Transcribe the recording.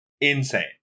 insane